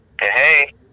Hey